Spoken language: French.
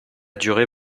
duré